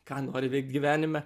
ką nori veikt gyvenime